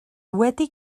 wedi